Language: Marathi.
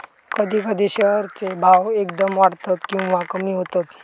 कधी कधी शेअर चे भाव एकदम वाढतत किंवा कमी होतत